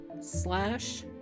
slash